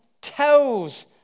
tells